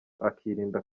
akirinda